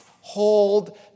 hold